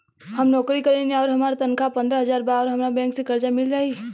हम नौकरी करेनी आउर हमार तनख़ाह पंद्रह हज़ार बा और हमरा बैंक से कर्जा मिल जायी?